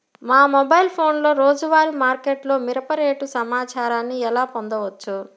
మా మొబైల్ ఫోన్లలో రోజువారీ మార్కెట్లో మిరప రేటు సమాచారాన్ని ఎలా పొందవచ్చు?